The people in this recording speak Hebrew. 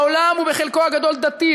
העולם הוא בחלקו הגדול דתי,